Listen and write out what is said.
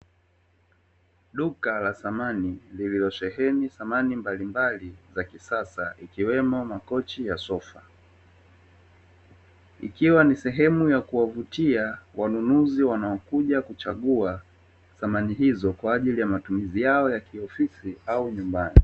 Duka la samani lililosheheni samani mbalimbali za kisasa, ikiwemo makochi ya sofa, ikiwa ni sehemu ya kuwavutia wanunuzi wanaokuja kuchagua samani hizo, kwa ajili ya matumizi yao ya kiofisi au nyumbani.